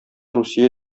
русия